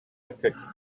depicts